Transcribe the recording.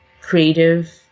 creative